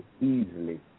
easily